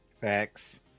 Facts